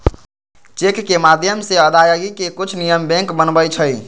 cheque के माध्यम से अदायगी के कुछ नियम बैंक बनबई छई